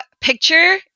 picture